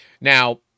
Now